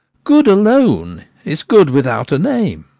good alone is good without a name.